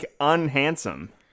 unhandsome